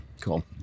Cool